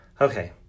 okay